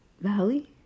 valley